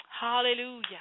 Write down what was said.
Hallelujah